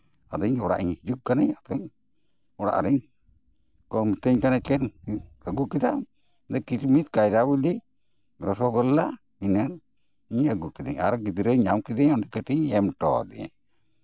ᱟᱫᱚᱧ ᱚᱲᱟᱜ ᱤᱧ ᱦᱤᱡᱩᱜ ᱠᱟᱱᱟᱧ ᱟᱫᱚᱧ ᱚᱲᱟᱜ ᱨᱮ ᱠᱚ ᱢᱮᱛᱟᱧ ᱠᱟᱱᱟ ᱪᱮᱫ ᱟᱹᱜᱩᱠᱮᱫᱟᱢ ᱠᱤᱥᱢᱤᱥ ᱠᱟᱭᱨᱟᱵᱤᱞᱤ ᱨᱚᱥᱚᱜᱳᱞᱞᱟ ᱤᱱᱟᱹ ᱤᱧ ᱟᱹᱜᱩ ᱠᱮᱫᱟᱧ ᱟᱨ ᱜᱤᱫᱽᱨᱟᱹᱧ ᱧᱟᱢ ᱠᱮᱫᱮᱭᱟ ᱩᱱᱤ ᱠᱟᱹᱴᱤᱡ ᱤᱧ ᱮᱢ ᱦᱚᱴᱚ ᱟᱫᱮᱭᱟ